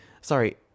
sorry